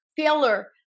filler